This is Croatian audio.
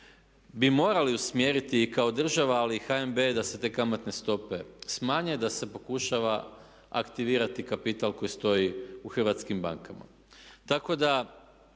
bi morali usmjeriti i kao država ali i HNB da se te kamatne stope smanje, da se pokušava aktivirati kapital koji stoji u hrvatskim bankama. Tako da